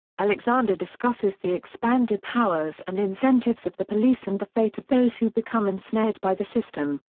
alexander discusses the expanded powers and incentives of the police and the fate of those who become ensnared by the system.